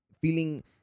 feeling